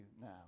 now